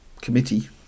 committee